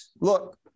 look